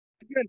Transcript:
again